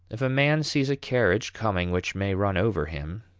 if a man sees a carriage coming which may run over him,